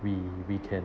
we we can